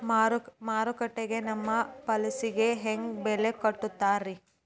ಮಾರುಕಟ್ಟೆ ಗ ನಮ್ಮ ಫಸಲಿಗೆ ಹೆಂಗ್ ಬೆಲೆ ಕಟ್ಟುತ್ತಾರ ರಿ?